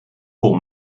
pour